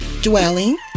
dwelling